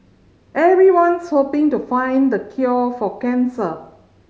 everyone's hoping to find the cure for cancer